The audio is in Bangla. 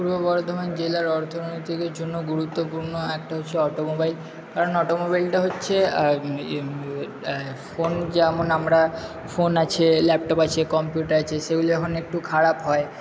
পূর্ব বর্ধমান জেলার অর্থনৈতিকের জন্য গুরুত্বপূর্ণ একটা হচ্ছে অটোমোবাইল কারণ অটোমোবাইলটা হচ্ছে ফোন যেমন আমরা ফোন আছে ল্যাপটপ আছে কম্পিউটার আছে সেগুলো যখন একটু খারাপ হয়